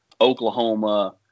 Oklahoma